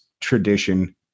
tradition